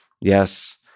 yes